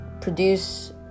produce